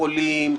לחולים,